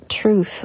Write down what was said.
truth